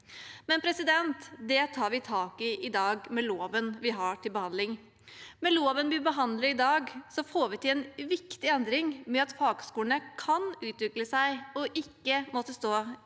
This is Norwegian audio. utviklingen. Det tar vi tak i i dag, med loven vi har til behandling. Med loven vi behandler i dag, får vi til en viktig endring ved at fagskolene kan utvikle seg, ikke måtte stå